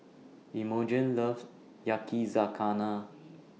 Imogene loves Yakizakana